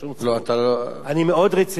אני מאוד רציני.